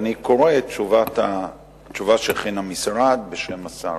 ואני קורא את התשובה שהכין המשרד בשם השר.